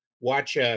watch